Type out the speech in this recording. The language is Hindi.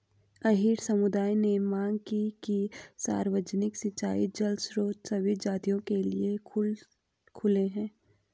अहीर समुदाय ने मांग की कि सार्वजनिक सिंचाई जल स्रोत सभी जातियों के लिए खुले हों